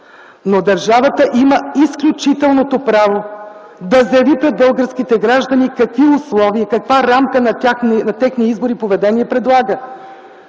Но държавата има и изключителното право да заяви пред българските граждани какви условия, каква рамка на техния избор и поведение предлага.